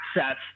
access